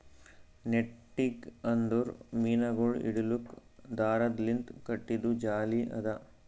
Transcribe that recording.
netting ಅಂದುರ್ ಮೀನಗೊಳ್ ಹಿಡಿಲುಕ್ ದಾರದ್ ಲಿಂತ್ ಕಟ್ಟಿದು ಜಾಲಿ ಅದಾ